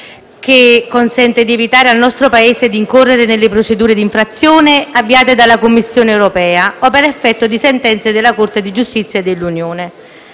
che consente di evitare al nostro Paese di incorrere nelle procedure d'infrazione avviate dalla Commissione europea o per effetto di sentenze della Corte di giustizia dell'Unione.